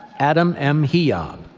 adam m. hiob,